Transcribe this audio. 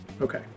Okay